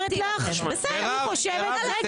אני אומרת לך: אני חושבת שזה --- מירב,